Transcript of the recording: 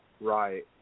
right